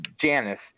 Janice